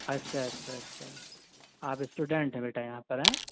اچھا اچھا اچھا آپ اسٹوڈینٹس ہیں بیٹا یہاں پر ہاں